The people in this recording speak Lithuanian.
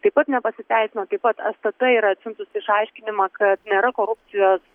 taip pat nepasiteisino taip pat stt yra atsiuntusi išaiškinimą kad nėra korupcijos